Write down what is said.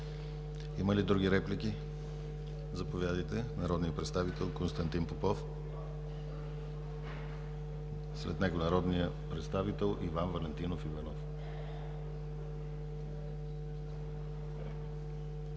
Има ли други реплики? Заповядайте – народният представител Константин Попов, след него народният представител Иван Валентинов Иванов.